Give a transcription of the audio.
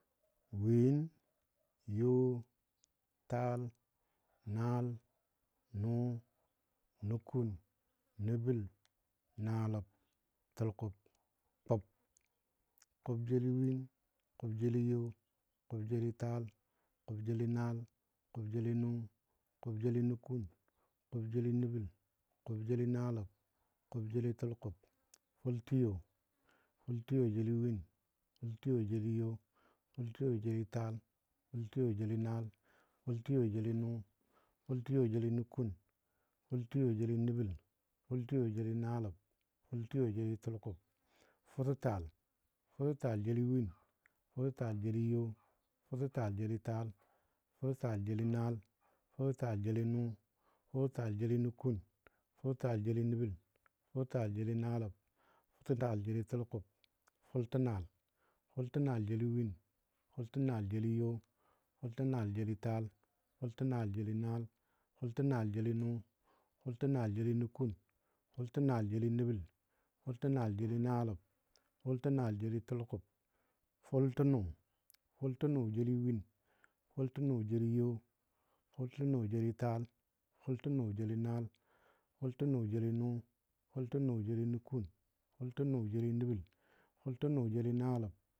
win, yo, taal, naal, nʊ, nʊkʊn, nəbəl, naaləb, tʊlkʊb kʊb. taab, kʊbjeli win, kʊb jeli yo, kʊb jeli taal, kʊb jeli naal, kʊb jeli nʊ, kʊb jeli nʊkʊn, kʊb jeli nəbəl, kʊb jeli naaləb, kʊbjeli tʊlkʊb fʊltiyo, fʊltiyo jeli win, fʊltiyo jeli yo, fʊltiyo jeli taal, fʊltiyo jeli naal, fʊltiyo jeli nʊ, fʊltiyo jeli nʊkʊn, fʊltiyo jeli nəbəl, fʊltiyo jəli naaləb, fʊltiyo jeli tʊlkʊb. fʊtətaal, fʊtətaal jeli win, fʊtətaal jeli yo, fʊtətaal jeli taal, fʊtətaal jeli naal, fʊtətaal jeli nʊ, fʊtətaal jeli nʊkʊn, fʊtətaal jeli nəbəl, fʊtətaal jeli naaleb, fʊtətaal jeli tʊlkʊb, fʊltənaal, fʊltənaal jeli win. fʊltənaal jeli yo, fʊltənaal jeli taal, fʊltənaal jeli naal, fʊltənaal jeli nʊ, fʊltənaal jeli nʊkʊn, fʊltənaal jeli nəbəl, fʊltənaal jeli naləb, fʊltənaal jeli tʊlkʊb, fʊltənʊ, fʊltənʊ jeli win, fʊltənʊ jeli yo, fʊltənʊ jeli taal, fʊltənʊ jeli naal, fʊltənʊ jeli nʊ, fʊltənʊ jeli nʊkʊn, fʊltənʊ jeli naləb,